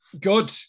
Good